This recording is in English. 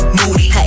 Moody